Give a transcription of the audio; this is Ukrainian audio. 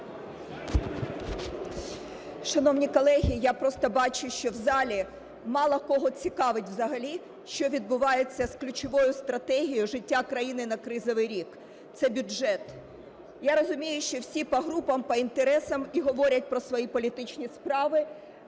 Шановні колеги, я просто бачу, що в залі мало кого цікавить взагалі, що відбувається з ключовою стратегією життя країни на кризовий рік – це бюджет. Я розумію, що всі по групам, по інтересам і говорять про свої політичні справи.